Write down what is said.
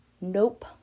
nope